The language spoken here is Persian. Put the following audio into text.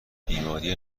بیماری